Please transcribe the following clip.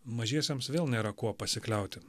mažiesiems vėl nėra kuo pasikliauti